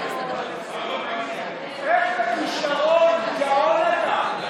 איזה כישרון, גאון אתה.